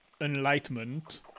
enlightenment